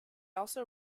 also